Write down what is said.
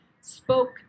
Spoke